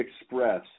express